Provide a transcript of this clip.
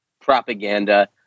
propaganda